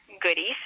goodies